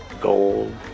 gold